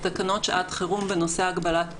תקנות שעת חירום בנושא הגבלת פעילות.